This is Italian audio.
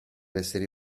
essere